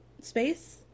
Space